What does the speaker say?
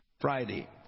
Friday